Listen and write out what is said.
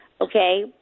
Okay